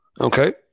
Okay